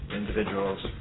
individuals